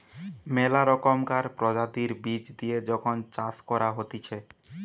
মেলা রকমকার প্রজাতির বীজ দিয়ে যখন চাষ করা হতিছে